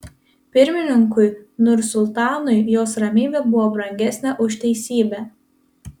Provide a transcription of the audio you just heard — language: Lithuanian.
pirmininkui nursultanui jos ramybė buvo brangesnė už teisybę